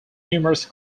numerous